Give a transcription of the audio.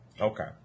Okay